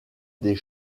des